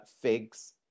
figs